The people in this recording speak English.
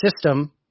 system